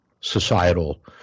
societal